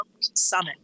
summit